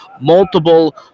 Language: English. multiple